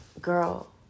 girl